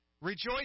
Rejoice